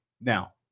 Now